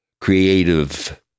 creative